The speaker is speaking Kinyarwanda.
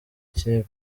kipe